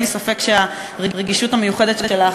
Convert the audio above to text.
אין לי ספק שהרגישות המיוחדת שלך,